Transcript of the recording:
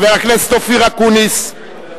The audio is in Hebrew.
חבר הכנסת אופיר אקוניס,